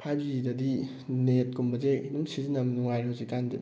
five ꯖꯤꯗꯗꯤ ꯅꯦꯠꯀꯨꯝꯕꯁꯦ ꯑꯗꯨꯝ ꯁꯤꯖꯤꯟꯅꯕ ꯅꯨꯡꯉꯥꯏꯔꯦ ꯍꯧꯖꯤꯛ ꯀꯥꯟꯗꯤ